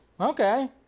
okay